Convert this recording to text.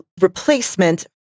replacement